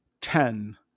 Ten